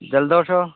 ജലദോഷമോ